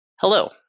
Hello